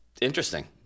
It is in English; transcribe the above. Interesting